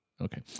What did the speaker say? Okay